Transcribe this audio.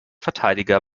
verteidiger